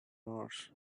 mars